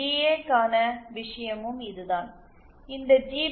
GA க்கான விஷயமும் இதுதான் இந்த ஜி